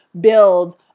build